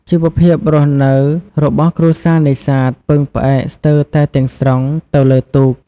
ជីវភាពរស់នៅរបស់គ្រួសារនេសាទពឹងផ្អែកស្ទើរតែទាំងស្រុងទៅលើទូក។